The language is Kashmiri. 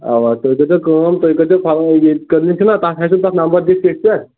اوا تُہۍ کٔرۍزیٚو کأم تُہۍ کٔرۍزیٚو پنُن یہِ کِلنِک چھُنا تَتھ ہیٚکِو تُہۍ نمبر دِتھ ٹھیٖک چھُنا